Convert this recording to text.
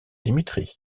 dimitri